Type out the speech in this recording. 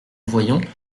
voyons